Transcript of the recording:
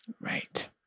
Right